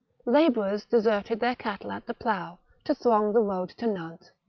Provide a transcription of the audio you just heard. labourers deserted their cattle at the plough, to throng the road to nantes.